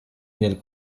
nel